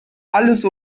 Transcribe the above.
alles